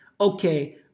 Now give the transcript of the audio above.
okay